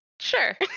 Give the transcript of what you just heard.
Sure